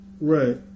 Right